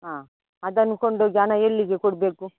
ಹಾಂ ಅದನ್ನು ಕೊಂಡೋಗಿ ಹಣ ಎಲ್ಲಿಗೆ ಕೊಡಬೇಕು